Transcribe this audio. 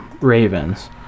Ravens